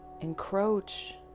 encroach